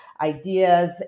ideas